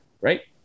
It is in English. right